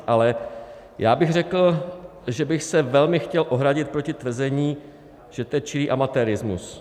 Ale já bych řekl, že bych se velmi chtěl ohradit proti tvrzení, že to je čirý amatérismus.